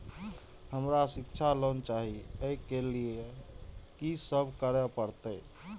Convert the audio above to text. हमरा शिक्षा लोन चाही ऐ के लिए की सब करे परतै?